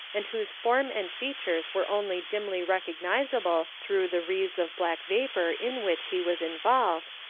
and whose form and features were only dimly recognisable through the wreaths of black vapour in which he was involved,